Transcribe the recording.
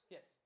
Yes